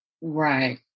Right